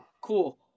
Cool